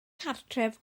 cartref